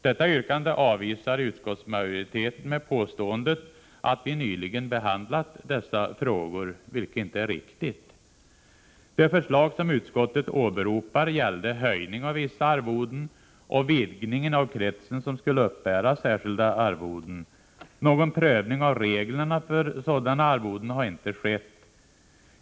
Detta yrkande avvisar utskottsmajoriteten med påståendet att vi nyligen behandlat dessa frågor, vilket inte är riktigt. Det förslag som utskottet åberopar gällde höjning av vissa arvoden och vidgning av kretsen som skulle uppbära särskilda arvoden. Någon prövning av reglerna för sådana arvoden har inte skett.